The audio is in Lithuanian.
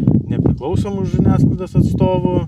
nepriklausomų žiniasklaidos atstovų